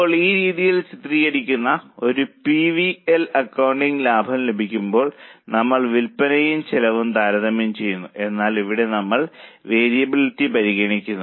ഇപ്പോൾ ഈ രീതിയിൽ ചിത്രീകരിച്ചിരിക്കുന്ന ഒരു പി എൽ അക്കൌണ്ടിൽ ലാഭം ലഭിക്കാൻ നമ്മൾ വിൽപ്പനയും ചെലവും താരതമ്യം ചെയ്യുന്നു എന്നാൽ ഇവിടെ നമ്മൾ വേരിയബിളിറ്റി പരിഗണിക്കുന്നു